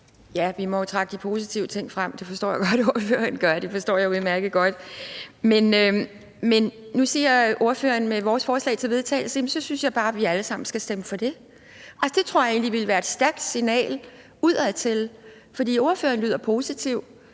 Ja, vi må jo trække de positive ting frem. Det forstår jeg godt ordføreren gør, det forstår jeg udmærket godt. Men med det, ordføreren siger om vores forslag til vedtagelse, synes jeg bare vi alle sammen skal stemme for det. Og det tror jeg egentlig ville være et stærkt signal udadtil, for ordføreren lyder positiv.